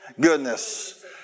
goodness